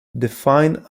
define